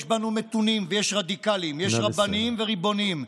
יש בנו מתונים ויש רדיקלים, יש רבניים וריבוניים,